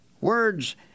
Words